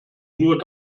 nur